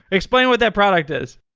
explain what that product is.